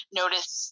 notice